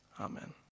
amen